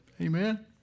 Amen